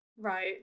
right